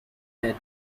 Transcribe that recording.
bed